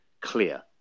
clear